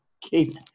keep